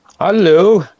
Hello